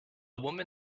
woman